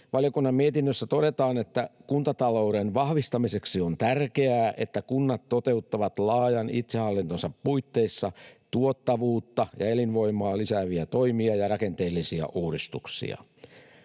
Valiokunnan mietinnössä todetaan, että kuntatalouden vahvistamiseksi on tärkeää, että kunnat toteuttavat laajan itsehallintonsa puitteissa tuottavuutta ja elinvoimaa lisääviä toimia ja rakenteellisia uudistuksia.